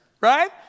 right